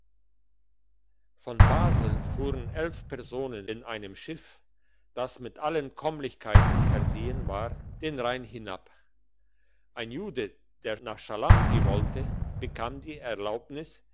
von basel fuhren elf personen in einem schiff das mit allen kommlichkeiten versehen war den rhein hinab ein jude der nach schalampi wollte bekam die erlaubnis